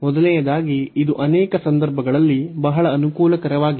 ಮೊದಲನೆಯದಾಗಿ ಇದು ಅನೇಕ ಸಂದರ್ಭಗಳಲ್ಲಿ ಬಹಳ ಅನುಕೂಲಕರವಾಗಿದೆ